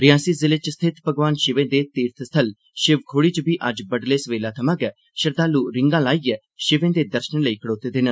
रियासी जिले च स्थित भगवान शिवें दे तीर्थ स्थल शिवखोड़ी च बी अज्ज बड्डलै सवेला थमां गै श्रद्धालु रीडां लाइयै शिवें दे दर्शनें लेई खड़ोते दे न